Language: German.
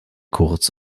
kurz